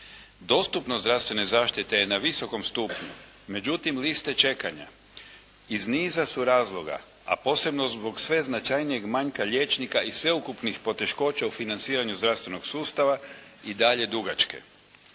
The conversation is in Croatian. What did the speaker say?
Dostupnost zdravstvene zaštite je na visokom stupnju, međutim liste čekanja iz niza su razloga, a posebno zbog sve značajnijeg manjka liječnika i sveukupnih poteškoća u financiranju zdravstvenog sustava i dalje dugačke.